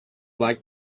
like